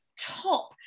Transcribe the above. top